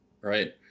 right